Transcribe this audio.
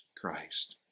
Christ